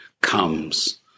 comes